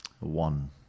One